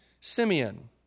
Simeon